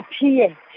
appear